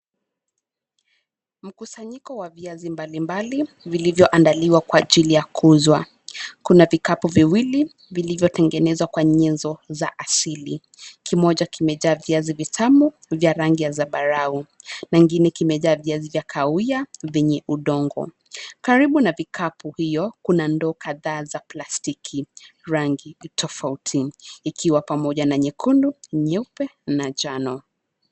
Mkusanyiko wa viazi mbalimbali, vilivyoandaliwa kwa ajili ya kuuzwa. Kuna vikapu viwili vilivyotengenezwa kwa nyenzo za asili. Kimoja kimejaa viazi vitamu vya rangi ya zambarau na ingine kimejaa viazi vya kauwia vyenye udongo. Karibu na vikapu hiyo, kuna ndoto kadhaa za plastiki rangi tofauti, ikiwa pamoja na nyekundu, nyeupe na njano.